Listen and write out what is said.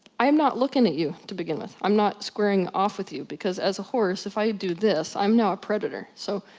i'm not looking at you to begin with. i'm not squaring off with you because as a horse if i do this, i'm now a predator. so,